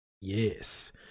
yes